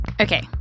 Okay